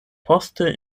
poste